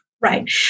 Right